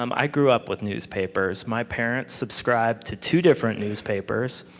um i grew up with newspapers. my parents subscribed to two different newspapers.